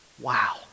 Wow